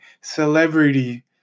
celebrity